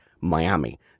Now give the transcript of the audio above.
Miami